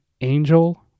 angel